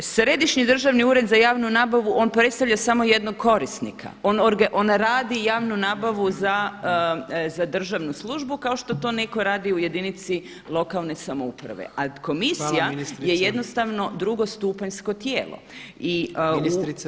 Središnji državni ured za javnu nabavu on predstavlja samo jednog korisnika, on radi javnu nabavu za državnu službu kao što to netko radi u jedinici lokalne samouprave a komisija je jednostavno drugo stupanjsko tijelo [[Upadica Jandroković: Ministrice, vrijeme je isteklo, žao mi je.]] Hvala.